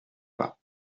pas